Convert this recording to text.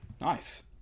Nice